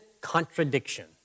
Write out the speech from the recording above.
contradiction